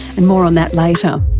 and more on that later.